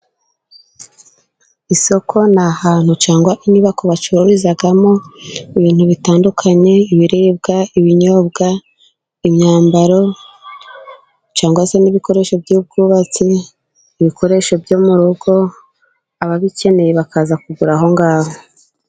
Isoko ni ahantu cyangwa inyubako bacururizamo ibintu bitandukanye ibiribwa, ibinyobwa, imyambaro cyangwa se n'ibikoresho by'ubwubatsi, ibikoresho byo mu rugo ababikeneye bakaza kugura aho ngaho.